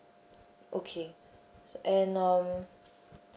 okay and um